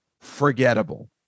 forgettable